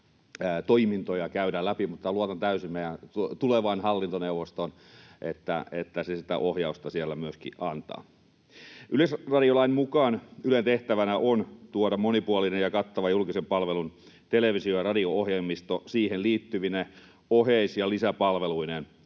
toimintoja käydä läpi, mutta luotan täysin meidän tulevaan hallintoneuvostoomme, että se sitä ohjausta siellä myöskin antaa. Yleisradiolain mukaan Ylen tehtävänä on tuoda monipuolinen ja kattava julkisen palvelun televisio- ja radio-ohjelmisto siihen liittyvine oheis- ja lisäpalveluineen